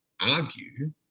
argue